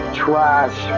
trash